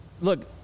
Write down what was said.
look